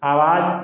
आवाज